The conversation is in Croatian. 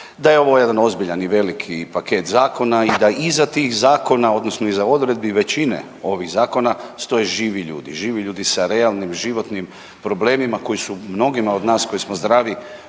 da je ovo jedan ozbiljan i veliki paket zakona i da iza tih zakona odnosno iza odredbi većine ovih zakona stoje živi ljudi. Živi ljudi sa realnim, životnim problemima koji su mnogima od nas koji smo zdravi